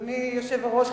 אדוני היושב-ראש,